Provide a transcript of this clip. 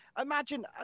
Imagine